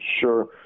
sure